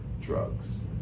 drugs